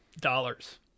dollars